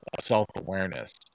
self-awareness